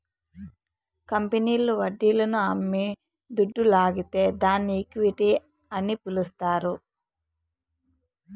కంపెనీల్లు వడ్డీలను అమ్మి దుడ్డు లాగితే దాన్ని ఈక్విటీ అని పిలస్తారు